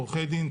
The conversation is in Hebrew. עורכי דין,